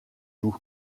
doux